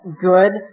good